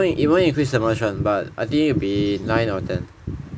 even increase the merge [one] but I think it will be nine or ten